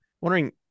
wondering